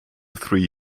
three